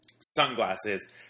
Sunglasses